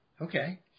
Okay